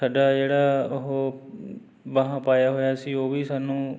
ਸਾਡਾ ਜਿਹੜਾ ਉਹ ਬਾਹਾ ਪਾਇਆ ਹੋਇਆ ਸੀ ਉਹ ਵੀ ਸਾਨੂੰ